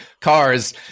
cars